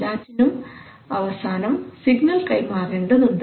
എല്ലാറ്റിനും അവസാനം സിഗ്നൽ കൈമാറേണ്ടതുണ്ട്